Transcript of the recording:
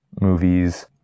movies